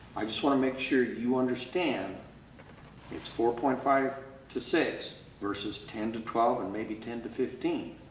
i just want to make sure you understand it's four point five to six versus ten to twelve, and maybe ten to fifteen.